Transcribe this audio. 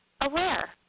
aware